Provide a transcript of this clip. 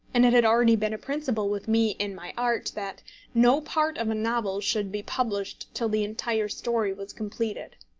and it had already been a principle with me in my art, that no part of a novel should be published till the entire story was completed.